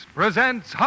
presents